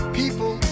people